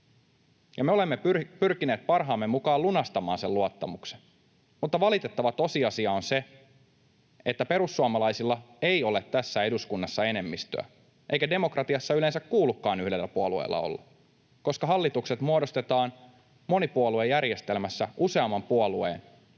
Me olemme pyrkineet parhaamme mukaan lunastamaan sen luottamuksen, mutta valitettava tosiasia on se, että perussuomalaisilla ei ole tässä eduskunnassa enemmistöä. Eikä demokratiassa yleensä kuulukaan yhdellä puolueella olla, koska hallitukset muodostetaan monipuoluejärjestelmässä useamman puolueen kompromissina,